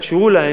תאפשרו להם,